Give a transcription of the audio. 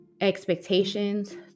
expectations